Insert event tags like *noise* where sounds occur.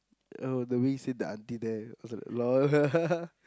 oh the we sit the auntie there I was like lol *laughs*